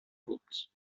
faute